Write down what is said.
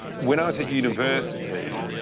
when i was at university,